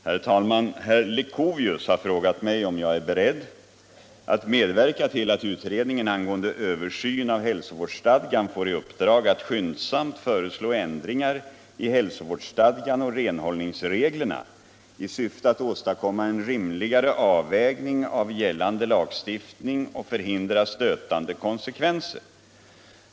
Herr talman! Herr Leuchovius har frågat mig om jag är beredd att medverka till att utredningen angående översyn av hälsovårdsstadgan får i uppdrag att skyndsamt föreslå ändringar i hälsovårdsstadgan och renhållningsreglerna i syfte att åstadkomma en rimligare avvägning av gällande lagstiftning och förhindra stötande konsekvenser.